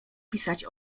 pisać